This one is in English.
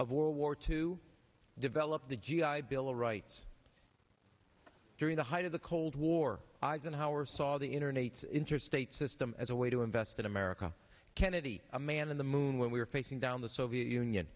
of world war two developed the g i bill of rights during the height of the cold war eisenhower saw the internet's interstate system as a way to invest in america kennedy a man on the moon when we were facing down the soviet union